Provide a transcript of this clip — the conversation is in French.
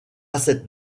cette